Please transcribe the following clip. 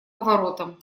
поворотом